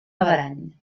averany